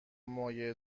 مایع